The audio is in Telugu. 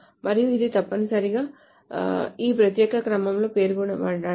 మరియు అది తప్పనిసరిగా ఈ ప్రత్యేక క్రమంలో పేర్కొనబడాలి